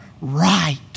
right